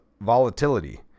volatility